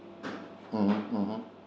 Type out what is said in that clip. mm hmm mm hmm